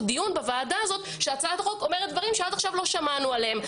דיון בוועדה הזאת שהצעת החוק אומרת דברים שעד עכשיו לא שמענו עליהם.